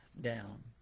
down